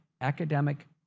academic